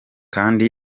kandi